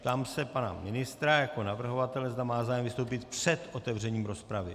Ptám se pana ministra jako navrhovatele, zda má zájem vystoupit před otevřením rozpravy.